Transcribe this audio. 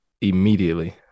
immediately